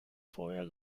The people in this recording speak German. vorher